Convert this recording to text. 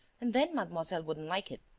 and then mademoiselle wouldn't like it.